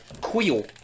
Quill